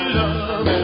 love